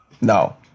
No